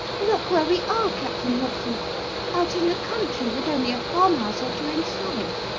look where we are, captain hawksley out in the country with only a farmhouse or two in sight.